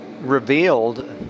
revealed